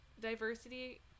diversity